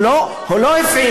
לא שילמנו, הוא לא הפעיל.